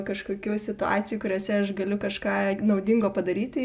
kažkokių situacijų kuriose aš galiu kažką naudingo padaryti